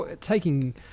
taking